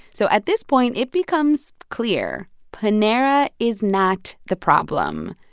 so at this point, it becomes clear panera is not the problem.